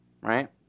Right